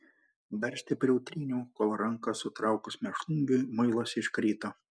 dar stipriau tryniau kol ranką sutraukus mėšlungiui muilas iškrito